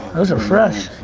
those are fresh.